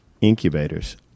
incubators